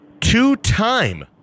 two-time